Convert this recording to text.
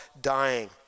dying